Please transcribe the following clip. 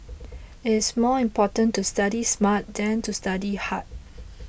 it's more important to study smart than to study hard